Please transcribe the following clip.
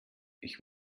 ich